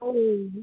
ও